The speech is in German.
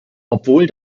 obwohl